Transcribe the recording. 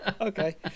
okay